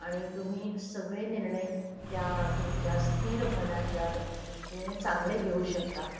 आणि तुम्ही सगळे निर्णय त्या तुमच्या स्थिर मनाच्या दृष्टीने चांगले घेऊ शकता